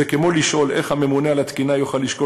זה כמו לשאול איך הממונה על התקינה יוכל לשקול